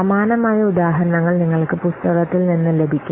സമാനമായ ഉദാഹരണങ്ങൾ നിങ്ങൾക്ക് പുസ്തകത്തിൽ നിന്നു ലഭിക്കും